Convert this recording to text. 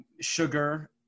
sugar